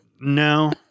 No